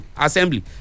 assembly